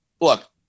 look